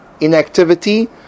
inactivity